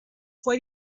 fue